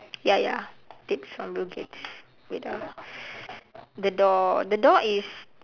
ya ya tips from bill-gates wait ah the door the door is